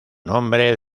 nombre